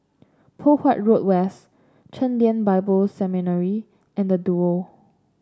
Poh Huat Road West Chen Lien Bible Seminary and Duo